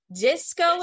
Disco